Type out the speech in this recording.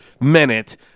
minute